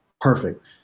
Perfect